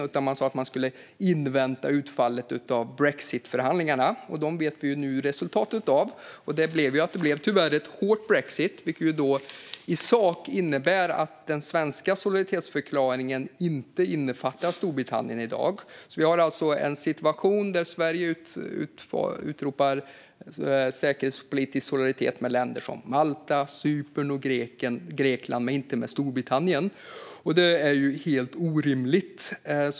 Man sa i stället att man skulle invänta utfallet av brexitförhandlingarna, och dem vet vi nu resultatet av. Tyvärr blev det en hård brexit, vilket i sak innebär att den svenska solidaritetsförklaringen i dag inte innefattar Storbritannien. Vi har alltså en situation där Sverige utropar säkerhetspolitisk solidaritet med länder som Malta, Cypern och Grekland men inte med Storbritannien. Det är ju helt orimligt.